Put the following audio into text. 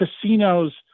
casinos